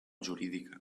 jurídica